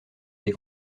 des